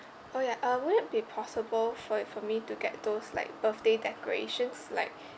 oh ya uh would it be possible for it for me to get those like birthday decorations like